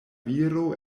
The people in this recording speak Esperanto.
viro